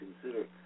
consider